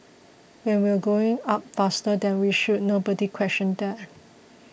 when we were going up faster than we should nobody questioned that